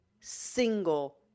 single